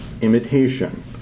Imitation